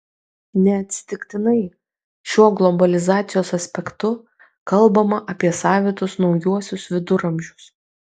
neatsitiktinai šiuo globalizacijos aspektu kalbama apie savitus naujuosius viduramžius